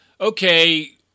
okay